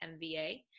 MVA